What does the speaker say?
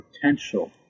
potential